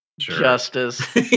Justice